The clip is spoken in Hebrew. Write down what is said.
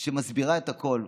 שמסבירה את הכול,